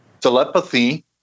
Telepathy